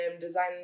design